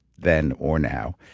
then or now.